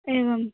एवम्